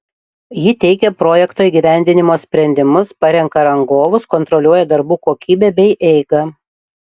ji teikia projekto įgyvendinimo sprendimus parenka rangovus kontroliuoja darbų kokybę bei eigą